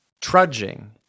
Trudging